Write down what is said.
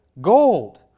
gold